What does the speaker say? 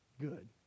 good